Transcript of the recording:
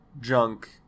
junk